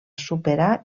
superar